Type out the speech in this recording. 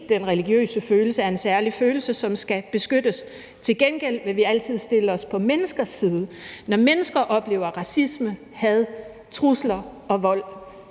den religiøse følelse er en særlig følelse, som skal beskyttes. Til gengæld vil vi altid stille os på menneskers sider. Når mennesker oplever racisme, had, trusler og vold,